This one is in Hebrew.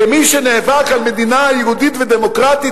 כמי שנאבק על מדינה יהודית ודמוקרטית,